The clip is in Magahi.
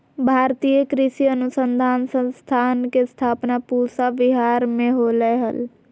भारतीय कृषि अनुसंधान संस्थान के स्थापना पूसा विहार मे होलय हल